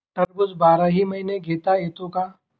टरबूज बाराही महिने घेता येते का?